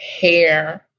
hair